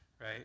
right